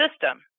system